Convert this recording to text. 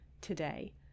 today